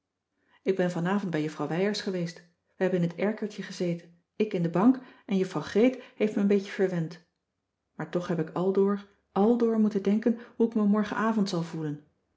ik ben vanavond bij juffrouw wijers geweest we hebben in t erkertje gezeten ik in de bank en juffrouw greet heeft me een beetje verwend maar toch heb ik aldoor àldoor moeten denken hoe ik me morgenavond zal voelen